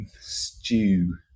stew